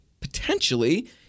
potentially